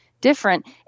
different